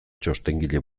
txostengile